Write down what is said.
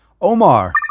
Omar